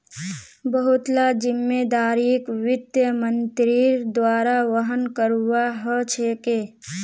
बहुत ला जिम्मेदारिक वित्त मन्त्रीर द्वारा वहन करवा ह छेके